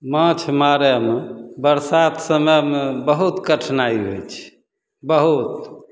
माछ मारैमे बरसात समयमे बहुत कठिनाइ होइ छै बहुत